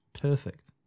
perfect